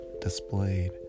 displayed